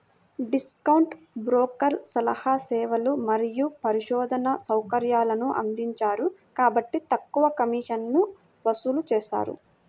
discount బ్రోకర్లు సలహా సేవలు మరియు పరిశోధనా సౌకర్యాలను అందించరు కాబట్టి తక్కువ కమిషన్లను వసూలు చేస్తారు